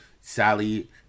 Sally